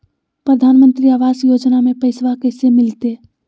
प्रधानमंत्री आवास योजना में पैसबा कैसे मिलते?